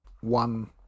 one